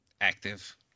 Active